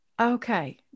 Okay